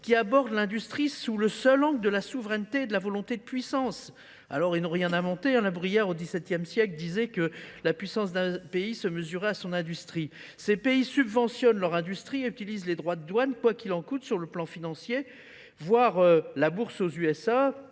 qui aborde l'industrie sous le seul angle de la souveraineté et de la volonté de puissance. Alors Ennoryen Amonté, un laboriaire au XVIIe siècle, disait que la puissance d'un pays se mesurait à son industrie. Ces pays subventionnent leur industrie et utilisent les droits de douane, quoi qu'il en coûte sur le plan financier. voire la bourse aux USA,